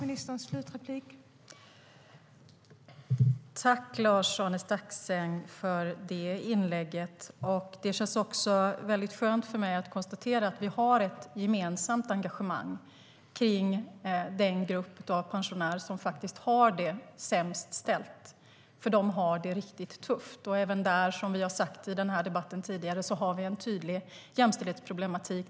Fru talman! Tack, Lars-Arne Staxäng, för det inlägget! Det känns skönt för mig att konstatera att vi har ett gemensamt engagemang för den grupp av pensionärer som har det sämst ställt, för de har det riktigt tufft. Även där, som vi har sagt tidigare i debatten, har vi en tydlig jämställdhetsproblematik.